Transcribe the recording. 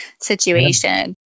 situation